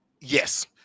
Yes